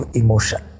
emotion